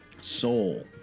soul